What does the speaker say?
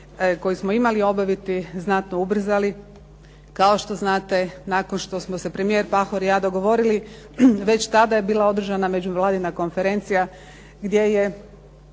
koji smo imali obaviti znatno ubrzali, kao što znate nakon što smo se premijer Pahor i ja dogovorili, već tada je bila održana međuvladina konferencija gdje je